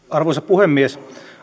arvoisa puhemies